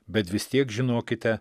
bet vis tiek žinokite